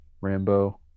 rambo